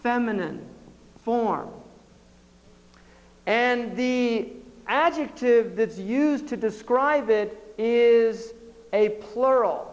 feminine form and the adjective that's used to describe it is a plural